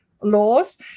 laws